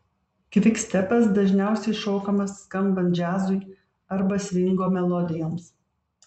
kvikstepas dažniausiai šokamas skambant džiazui arba svingo melodijoms